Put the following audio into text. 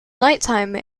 nighttime